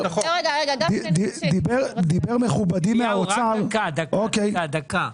דיבר מכובדי מהאוצר --- דקה.